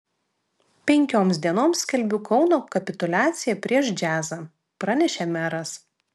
penkioms dienoms skelbiu kauno kapituliaciją prieš džiazą pranešė meras